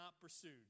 pursued